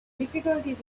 difficulties